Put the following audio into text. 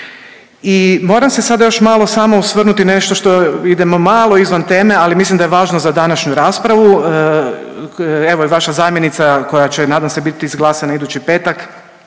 I moram se sad još malo samo osvrnuti nešto što idemo malo izvan teme, ali mislim da je važno za današnju raspravu. Evo i vaša zamjenica koja će nadam se bit izglasana idući petak,